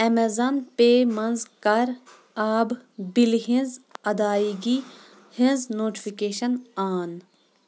Amazon پے منٛز کَر آب بِلہِ ہٕنٛز ادٲیگی ہٕنٛز نوٹفکیشن آن